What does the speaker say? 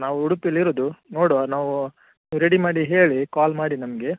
ನಾವು ಉಡುಪಿಲಿ ಇರುವುದು ನೋಡುವ ನಾವೂ ರೆಡಿ ಮಾಡಿ ಹೇಳಿ ಕಾಲ್ ಮಾಡಿ ನಮಗೆ